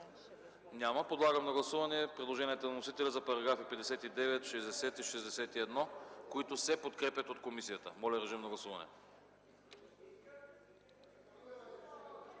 Няма. Подлагам на гласуване предложенията на вносителя за параграфи 59, 60 и 61, които се подкрепят от комисията. Гласували